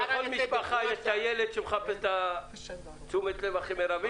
תמיד בכל משפחה יש את הילד שמחפש את תשומת הלב המרבית,